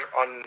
on